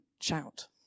shout